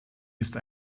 ist